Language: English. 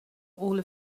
all